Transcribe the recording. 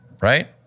right